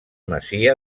masia